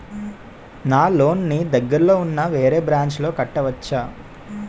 నా లోన్ నీ దగ్గర్లోని ఉన్న వేరే బ్రాంచ్ లో కట్టవచా?